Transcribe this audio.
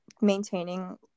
maintaining –